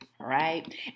right